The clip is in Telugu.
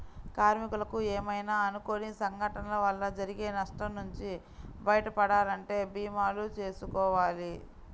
కార్మికులకు ఏమైనా అనుకోని సంఘటనల వల్ల జరిగే నష్టం నుంచి బయటపడాలంటే భీమాలు చేసుకోవాలి